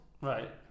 Right